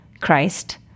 Christ